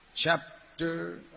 Chapter